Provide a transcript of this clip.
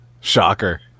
Shocker